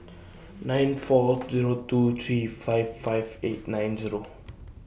nine four Zero two three five five eight nine Zero